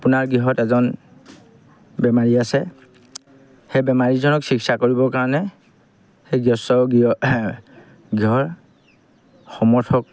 আপোনাৰ গৃহত এজন বেমাৰী আছে সেই বেমাৰীজনক চিকিৎসা কৰিবৰ কাৰণে সেই গৃহস্থৰ গৃহৰ সমৰ্থক